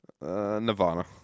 Nirvana